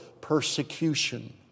persecution